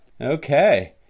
Okay